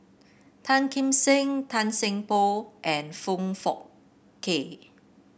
Tan Kim Seng Tan Seng Poh and Foong Fook Kay